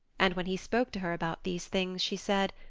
and when he spoke to her about these things she said,